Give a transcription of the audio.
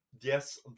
yes